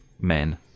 men